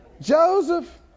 Joseph